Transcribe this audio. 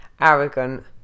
arrogant